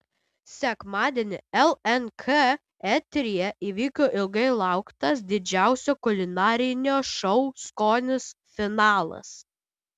sekmadienį lnk eteryje įvyko ilgai lauktas didžiausio kulinarinio šou skonis finalas